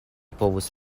povus